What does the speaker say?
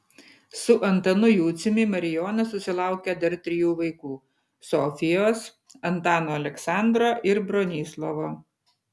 su antanu juciumi marijona susilaukė dar trijų vaikų sofijos antano aleksandro ir bronislovo